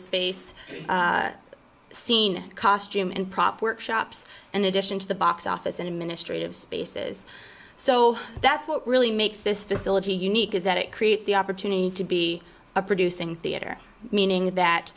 space scene costume and prop workshops in addition to the box office and ministry of spaces so that's what really makes this facility unique is that it creates the opportunity to be a producing theater meaning that